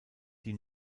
die